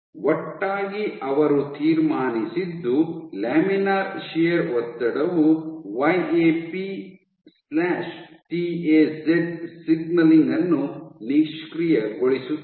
ಒಟ್ಟಾಗಿ ಅವರು ತೀರ್ಮಾನಿಸಿದ್ದು ಲ್ಯಾಮಿನಾರ್ ಶಿಯರ್ ಒತ್ತಡವು Y A P T A Z signalling ಅನ್ನು ನಿಷ್ಕ್ರಿಯಗೊಳಿಸುತ್ತದೆ